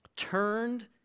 turned